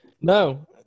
No